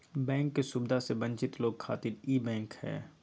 bank के सुविधा से वंचित लोग खातिर ई बैंक हय